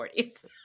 40s